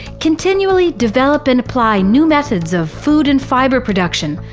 continually develop and apply new methods of food and fiber production,